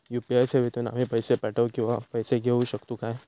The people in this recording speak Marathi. यू.पी.आय सेवेतून आम्ही पैसे पाठव किंवा पैसे घेऊ शकतू काय?